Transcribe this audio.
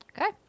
Okay